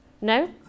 No